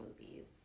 movies